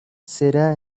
será